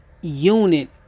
unit